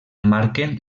marquen